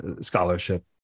scholarship